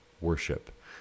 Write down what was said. worship